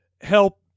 help